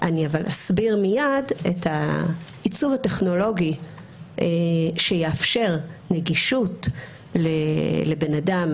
אבל אני אסביר מיד את העיצוב הטכנולוגי שיאפשר נגישות לאדם